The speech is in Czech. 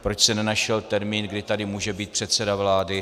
Proč se nenašel nějaký termín, kdy tady může být předseda vlády.